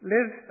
Live